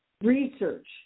Research